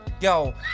Yo